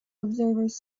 observers